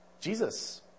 Jesus